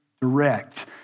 direct